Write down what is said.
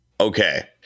Okay